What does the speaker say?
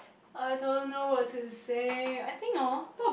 I don't know what to say I think oh